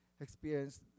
experience